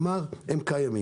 כלומר הם קיימים.